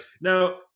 Now